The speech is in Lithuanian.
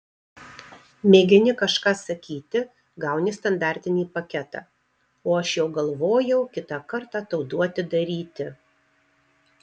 mėgini kažką sakyti gauni standartinį paketą o aš jau galvojau kitą kartą tau duoti daryti